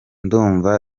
ndumva